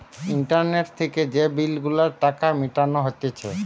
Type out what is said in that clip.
internet থেকে যে bill গুলার টাকা মিটানো হতিছে